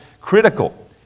critical